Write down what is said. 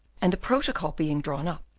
and the protocol being drawn up,